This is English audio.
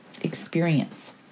experience